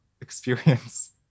experience